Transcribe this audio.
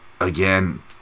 Again